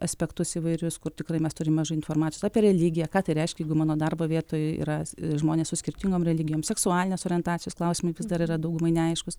aspektus įvairius kur tikrai mes turime mažai informacijos apie religiją ką tai reiškia jeigu mano darbo vietoj yra žmonės su skirtingom religijom seksualinės orientacijos klausimai vis dar yra daugumai neaiškūs